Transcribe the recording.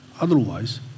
Otherwise